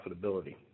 profitability